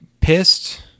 Pissed